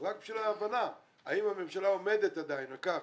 אז רק בשביל ההבנה, האם הממשלה עומדת עדיין על כך